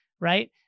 right